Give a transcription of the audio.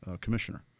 commissioner